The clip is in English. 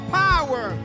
power